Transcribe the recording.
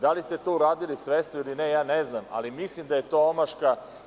Da li ste to uradili svesno ili ne, ja ne znam, ali mislim da je to omaška.